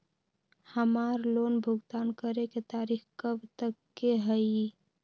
हमार लोन भुगतान करे के तारीख कब तक के हई?